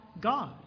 God